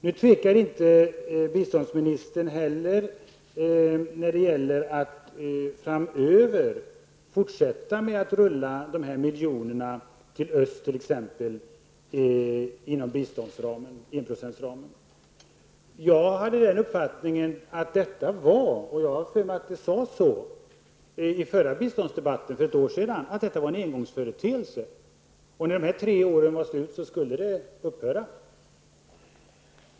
Nu tvekar inte biståndsministern heller när det gäller att fortsätta rulla de här miljonerna, t.ex. till Östeuropa, inom enprocentsramen. Jag hade den uppfattningen att detta var -- jag har för mig att det sades i biståndsdebatten för ett år sedan -- en engångsföreteelse. När de här tre åren var slut skulle det upphöra.